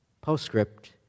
postscript